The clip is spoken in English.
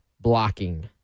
blocking